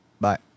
Bye